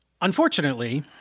Unfortunately